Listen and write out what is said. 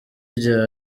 bya